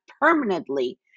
permanently